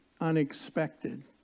unexpected